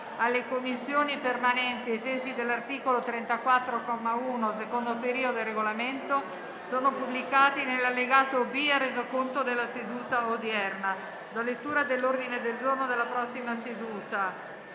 alle Commissioni permanenti ai sensi dell'articolo 34, comma 1, secondo periodo, del Regolamento sono pubblicati nell'allegato B al Resoconto della seduta odierna.